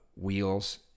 wheels